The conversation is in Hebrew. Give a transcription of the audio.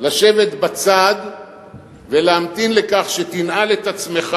לשבת בצד ולהמתין לכך שתנעל את עצמך